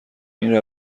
این